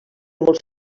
molts